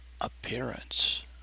Appearance